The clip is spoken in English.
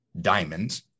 diamonds